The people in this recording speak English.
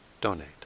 donate